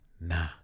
nah